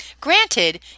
Granted